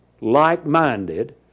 like-minded